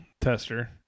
tester